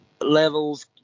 Levels